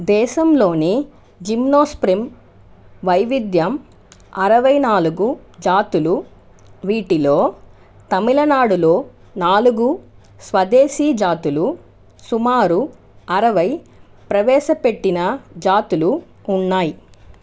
దేశంలోని జిమ్నోస్పెర్మ్ వైవిధ్యం అరవైనాలుగు జాతులు వీటిలో తమిళనాడులో నాలుగు స్వదేశీ జాతులు సుమారు అరవై ప్రవేశపెట్టిన జాతులు ఉన్నాయి